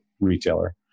retailer